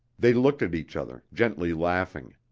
they looked at each other, gently laughing.